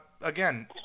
again